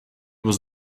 was